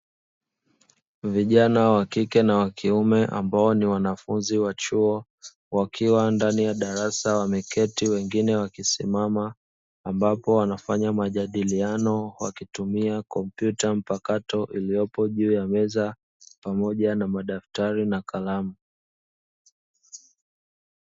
Vijana wa kike na wa kiume ambao ni wanafunzi wa chuo wakiwa ndani ya darasa wameketi na wengine wakisimama, ambapo wanafanya majadiliano wakitumia kompyuta mpakato iliyopo juu ya meza pamoja na madaftari na kalamu.